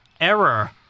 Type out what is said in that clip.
error